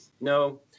No